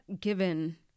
given